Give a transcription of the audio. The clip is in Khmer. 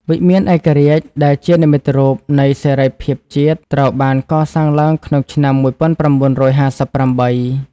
វិមានឯករាជ្យដែលជានិមិត្តរូបនៃសេរីភាពជាតិ ត្រូវបានកសាងឡើងក្នុងឆ្នាំ ១៩៥៨។